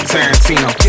Tarantino